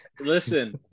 Listen